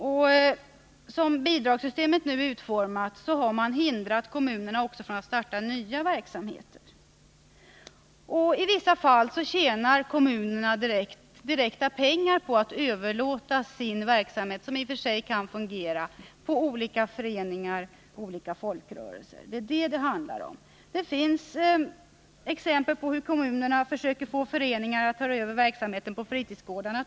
Så som bidragssystemet nu är utformat har man hindrat kommunerna från att starta nya verksamheter. I vissa fall tjänar kommunerna direkt pengar på att till olika föreningar och folkrörelser överlåta sin verksamhet som i och för sig kan fungera. Det är detta det handlar om. Det finns exempel på hur kommuner försöker få föreningar att ta över verksamheter på fritidsgårdarna.